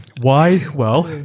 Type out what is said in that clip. why? well,